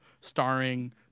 starring